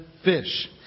Fish